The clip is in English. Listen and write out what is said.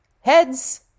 Heads